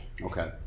Okay